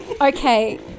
Okay